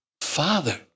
father